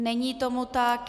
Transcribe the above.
Není tomu tak.